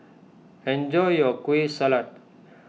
enjoy your Kueh Salat